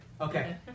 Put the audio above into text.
Okay